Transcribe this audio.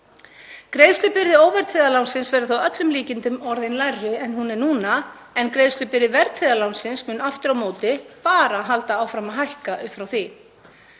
Greiðslubyrði óverðtryggða lánsins verður þá að öllum líkindum orðin lægri en hún er núna en greiðslubyrði verðtryggðra lánsins mun aftur á móti bara halda áfram að hækka upp frá því.